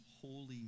holy